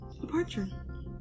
Departure